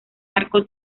arco